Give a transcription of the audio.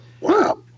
Wow